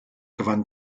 gewann